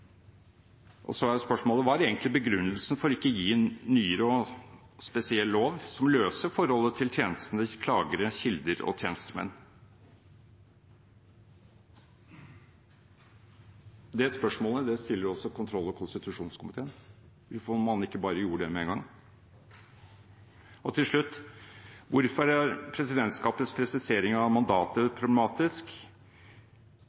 noen. Så er spørsmålet: Hva er egentlig begrunnelsen for ikke å gi en nyere og spesiell lov som løser forholdet til tjenestene, klagere, kilder og tjenestemenn? Det spørsmålet stiller også kontroll- og konstitusjonskomiteen, hvorfor man ikke bare gjorde det med en gang. Og til slutt: Hvorfor er presidentskapets presisering av mandatet